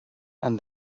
and